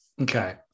okay